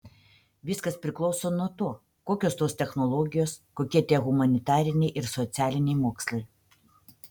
viskas priklauso nuo to kokios tos technologijos kokie tie humanitariniai ir socialiniai mokslai